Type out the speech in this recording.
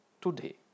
today